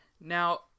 Now